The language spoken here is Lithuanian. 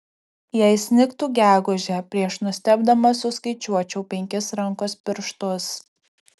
jei snigtų gegužę prieš nustebdamas suskaičiuočiau penkis rankos pirštus